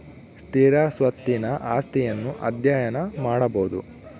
ಸ್ಥಿರ ಸ್ವತ್ತಿನ ಆಸ್ತಿಯನ್ನು ಅಧ್ಯಯನ ಮಾಡಬೊದು